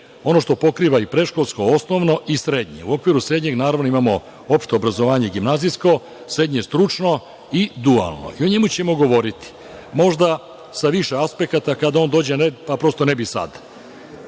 ono što pokriva i predškolsko, osnovno i srednje. U okviru srednjeg, naravno, imamo opšte obrazovanje gimnazijsko, srednje stručno i dualno, o njemu ćemo govoriti, možda sa više aspekata kada on dođe na red, pa prosto ne bih